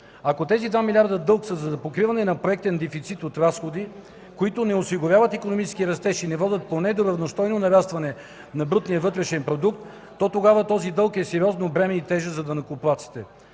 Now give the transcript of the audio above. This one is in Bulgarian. Ако тези 2 милиарда дълг са за покриване на проектен дефицит от разходи, които не осигуряват икономически растеж и не водят поне до равностойно нарастване на брутния вътрешен продукт, то тогава този дълг е сериозно бреме и тежест за данъкоплатците.